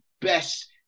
best